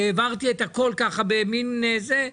שהעברתי את הכול ככה במין זה,